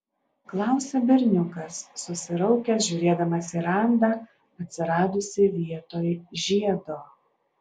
klausia berniukas susiraukęs žiūrėdamas į randą atsiradusį vietoj žiedo